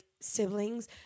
siblings